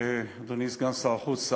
אדוני סגן שר החוץ,